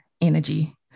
energy